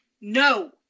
No